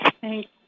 Thanks